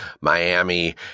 Miami